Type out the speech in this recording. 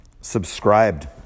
Subscribed